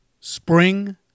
spring